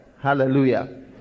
hallelujah